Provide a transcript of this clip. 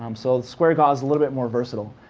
um so square gauze, a little bit more versatile.